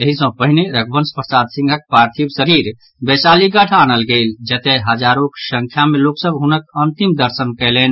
एहि सँ पहिने रघुवंश प्रसाद सिंहक पार्थिव शरीर वैशालीगढ़ आनल गेल जतय हजारोक संख्या मे लोक सभ हुनक अंतिम दर्शन कयलनि